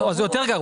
אז זה יותר גרוע.